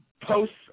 posts